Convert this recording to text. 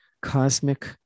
cosmic